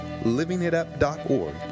LivingItUp.org